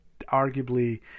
arguably